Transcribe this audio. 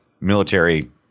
military